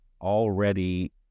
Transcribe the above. already